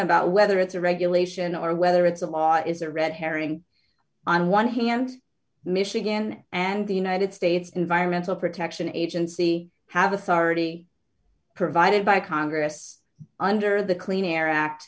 about whether it's a regulation or whether it's a law is a red herring on one hand michigan and the united states environmental protection agency have authority provided by congress under the clean air act